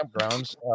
campgrounds